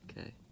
okay